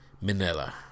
Manila